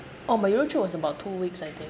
oh my Europe trip was about two weeks I think